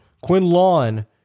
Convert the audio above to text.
Quinlan